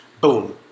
Boom